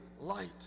light